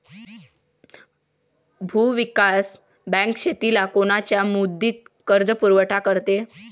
भूविकास बँक शेतीला कोनच्या मुदतीचा कर्जपुरवठा करते?